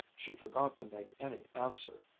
she forgot to make any answer,